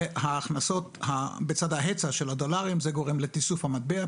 וההכנסות בצד ההיצע של הדולרים זה גורם לתיסוף המטבע,